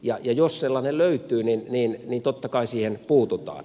ja jos sellainen löytyy niin totta kai siihen puututaan